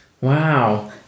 Wow